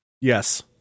yes